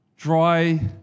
dry